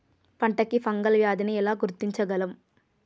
పంట కి ఫంగల్ వ్యాధి ని ఎలా గుర్తించగలం?